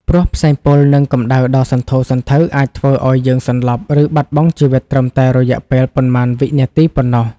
ព្រោះផ្សែងពុល និងកម្ដៅដ៏សន្ធោសន្ធៅអាចធ្វើឱ្យយើងសន្លប់ ឬបាត់បង់ជីវិតត្រឹមតែរយៈពេលប៉ុន្មានវិនាទីប៉ុណ្ណោះ។